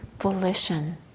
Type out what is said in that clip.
volition